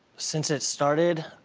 since it started,